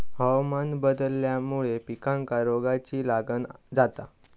हवामान बदलल्यामुळे पिकांका रोगाची लागण जाता